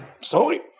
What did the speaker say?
Sorry